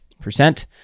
percent